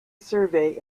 survey